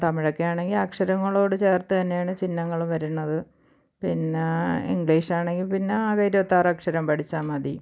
തമിഴൊക്കെയാണെങ്കിൽ അക്ഷരങ്ങളോട് ചേർത്ത് തന്നെയാണ് ചിഹ്നങ്ങളും വരുന്നത് പിന്നെ ഇംഗ്ലീഷ് ആണെങ്കിൽ പിന്നെ ആകെ ഇരുപത്താറ് അക്ഷരം പഠിച്ചാൽ മതി